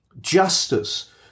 justice